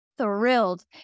thrilled